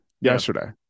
yesterday